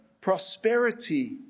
prosperity